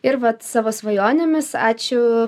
ir vat savo svajonėmis ačiū